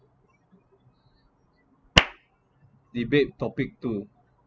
debate topic two